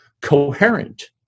coherent